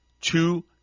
two